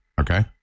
okay